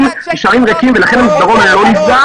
נשארים ריקים ולכן המסדרון הזה לא נפגע.